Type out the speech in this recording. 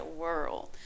world